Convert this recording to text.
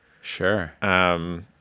Sure